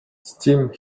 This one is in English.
steam